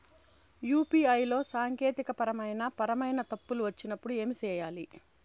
UPI లో సాంకేతికపరమైన పరమైన తప్పులు వచ్చినప్పుడు ఏమి సేయాలి